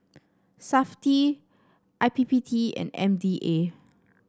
Safti I P P T and M D A